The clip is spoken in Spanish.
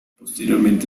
posteriormente